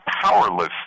powerless